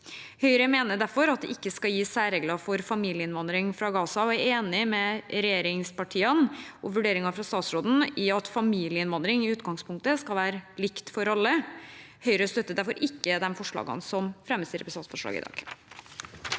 Høyre mener derfor at det ikke skal gis særregler for familieinnvandring fra Gaza, og er enig med regjeringspartiene og vurderingen fra statsråden i at familieinnvandring i utgangspunktet skal være likt for alle. Høyre støtter derfor ikke de forslagene som fremmes i representantforslaget i dag.